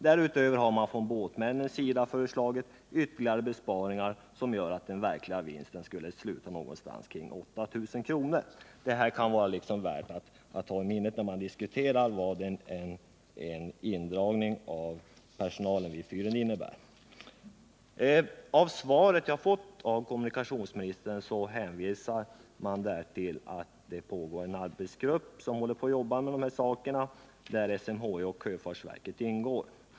Därutöver har man från båtmännens sida föreslagit ytterligare besparingar, som gör att den verkliga rationaliseringsvinsten skulle sluta någonstans kring 8 000 kr. Detta kan vara värt att ha i minnet, när man diskuterar vad en indragning av bemanningen innebär. I det svar som jag har fått hänvisar kommunikationsministern till att en arbetsgrupp jobbar med dessa saker och att i arbetsgruppen ingår representanter för SMHI och sjöfartsverket.